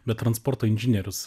bet transporto inžinierius